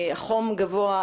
החום גבוה,